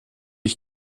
ich